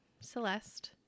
Celeste